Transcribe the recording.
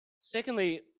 secondly